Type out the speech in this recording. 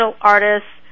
artists